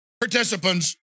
participants